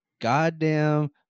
goddamn